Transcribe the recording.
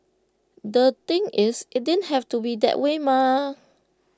the thing is IT didn't have to be that way mah